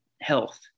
health